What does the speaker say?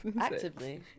actively